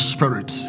Spirit